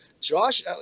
Josh